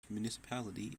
municipality